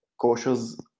cautious